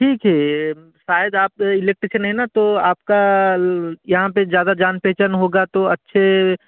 ठीक है शायद आप इलेक्टीसन है न तो आप का यहाँ पे ज़्यादा जान पहचान होगा तो अच्छे